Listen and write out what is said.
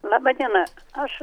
laba diena aš